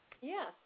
Yes